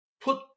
Put